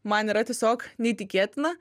man yra tiesiog neįtikėtina